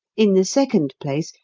in the second place,